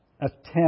attempt